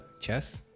chess